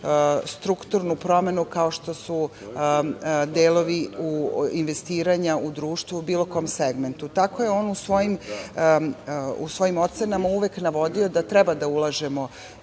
strukturnu promenu, kao što su delovi investiranja u društvu u bilo kom segmentu. Tako je on u svojim ocenama uvek navodio da treba da ulažemo